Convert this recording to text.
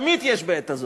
תמיד יש "בעת הזאת",